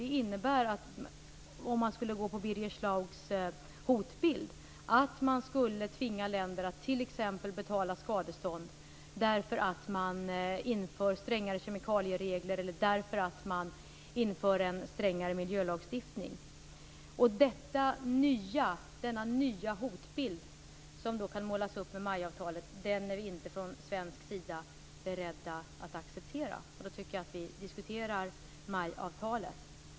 Det innebär att - om man skulle gå på Birger Schlaugs hotbild - man skall tvinga länder att t.ex. betala skadestånd därför att man inför strängare kemikalieregler eller en strängare miljölagstiftning. Den nya hotbild som kan målas upp med MAI-avtalet är vi från svensk sida inte beredda att acceptera. Det tycker jag när vi diskuterar MAI-avtalet.